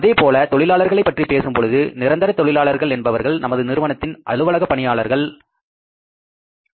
அதேபோல தொழிலாளர்களைப் பற்றி பேசும்பொழுது நிரந்தர தொழிலாளர்கள் என்பவர்கள் நமது நிறுவனத்தின் அலுவலகத்தில் பணியாற்றுபவர்கள்